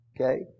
Okay